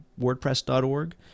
WordPress.org